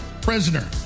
prisoner